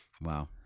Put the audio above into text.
Wow